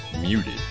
muted